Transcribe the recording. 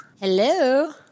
Hello